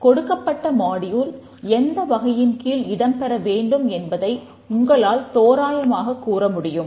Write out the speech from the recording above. கொகிஷனின் எந்த வகையில் கீழ் இடம்பெற வேண்டும் என்பதை உங்களால் தோராயமாகக் கூறமுடியும்